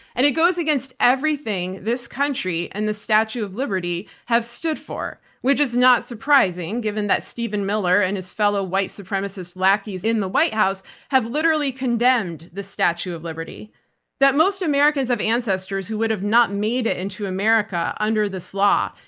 and it goes against everything this country and the statue of liberty have stood for, which is not surprising given that stephen miller and his fellow white supremacist lackeys in the white house have literally condemned the statue of liberty that most americans have ancestors who would have not made it into america under this law,